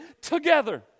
together